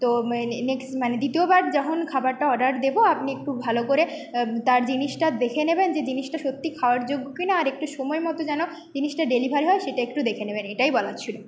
তো মানে নেক্সট মানে দ্বিতীয়বার যখন খাবারটা অর্ডার দেবো আপনি একটু ভালো করে তার জিনিসটা দেখে নেবেন যে জিনিসটা সত্যি খাওয়ার যোগ্য কি না আর একটু সময়মতো যেন জিনিসটা ডেলিভারি হয় সেটা একটু দেখে নেবেন এটাই বলার ছিল